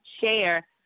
share